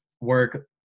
work